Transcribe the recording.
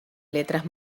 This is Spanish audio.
letras